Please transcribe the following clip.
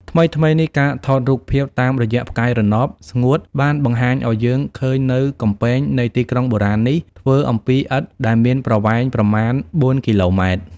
ថ្មីៗនេះ ការថតរូបភាពតាមរយៈផ្កាយរណប (ស្ងួត) បានបង្ហាញឱ្យយើងឃើញនូវកំពែងនៃទីក្រុងបុរាណនេះ ធ្វើអំពីឥដ្ឋដែលមានប្រវែង ប្រមាណ ៤គីឡូម៉ែត្រ ។